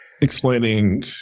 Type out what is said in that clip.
explaining